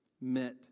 met